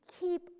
keep